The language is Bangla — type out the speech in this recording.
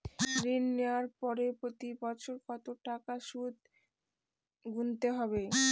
ঋণ নেওয়ার পরে প্রতি বছর কত টাকা সুদ গুনতে হবে?